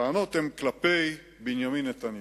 הטענות הן כלפי בנימין נתניהו.